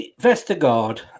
Vestergaard